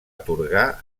atorgar